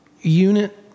unit